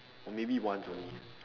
or maybe once only